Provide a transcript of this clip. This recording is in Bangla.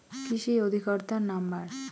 কৃষি অধিকর্তার নাম্বার?